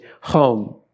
home